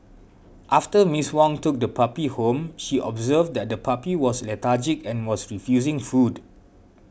after Miss Wong took the puppy home she observed that the puppy was lethargic and was refusing food